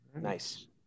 Nice